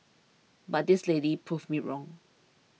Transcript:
but this lady proved me wrong